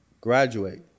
graduate